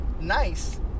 Nice